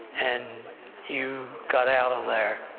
and you got out of there.